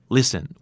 Listen